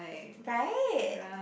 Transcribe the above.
right